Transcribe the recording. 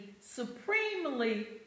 supremely